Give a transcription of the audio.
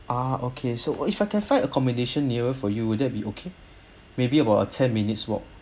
ah okay so if I can find accommodation near for you would that be okay maybe about a ten minutes walk